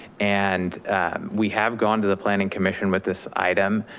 and we have gone to the planning commission with this item.